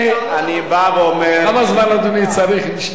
כמה זמן אדוני צריך בשביל לענות,